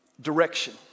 direction